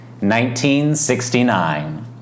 1969